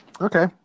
okay